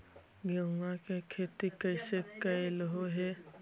गेहूआ के खेती कैसे कैलहो हे?